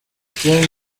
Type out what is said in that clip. ikindi